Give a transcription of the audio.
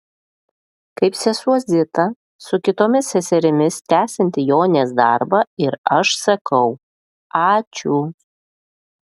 kaip sesuo zita su kitomis seserimis tęsianti jonės darbą ir aš sakau ačiū